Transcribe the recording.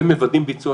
ומוודאים ביצוע,